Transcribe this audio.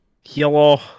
Hello